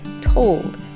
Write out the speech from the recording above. told